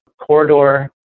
corridor